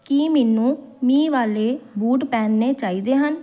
ਕੀ ਮੈਨੂੰ ਮੀਂਹ ਵਾਲੇ ਬੂਟ ਪਹਿਨਣੇ ਚਾਹੀਦੇ ਹਨ